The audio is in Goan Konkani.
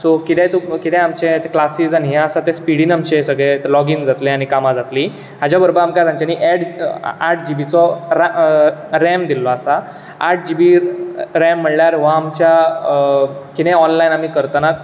सो कितें तूं कितेंय आमचे क्लासिस हे आसा ते आमचे स्पिडीन आमचे सगळे लॉगिन जातले आनी कामां जातली हाज्या बरोबर आमकां ताच्यानी ऍड आठ जिबीचो रा रॅम दिल्लो आसा आठ जिबी रॅम म्हणल्यार हो आमच्या कितेंय ऑनलायन आमी करतना